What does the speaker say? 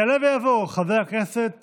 יעלה ויבוא חבר הכנסת